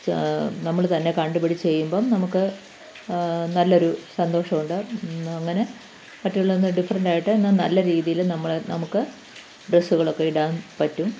നമ്മൾ തന്നെ കണ്ട് പിടിച്ച് ചെയ്യുമ്പം നമുക്ക് നല്ലൊരു സന്തോഷം ഉണ്ട് അങ്ങനെ മറ്റുള്ളവരിൽനിന്ന് ഡിഫറെൻ്റ് ആയിട്ട് എന്നാൽ നല്ല രീതിയിൽ നമ്മൾ നമുക്ക് ഡ്രെസ്സുകളൊക്കെ ഇടാൻ പറ്റും